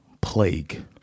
plague